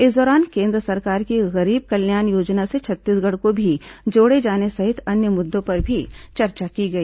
इस दौरान केन्द्र सरकार की गरीब कल्याण योजना से छत्तीसगढ़ को भी जोड़े जाने सहित अन्य मुद्दों पर भी चर्चा की गई